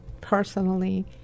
personally